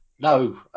No